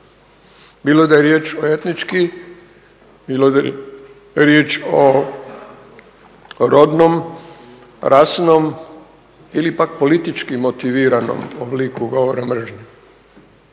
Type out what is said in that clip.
bilo da je riječ o etnički, bilo da je riječ o rodnom, rasnom ili pak politički motiviranom obliku govora mržnje,